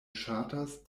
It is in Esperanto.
ŝatas